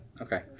Okay